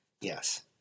yes